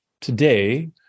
today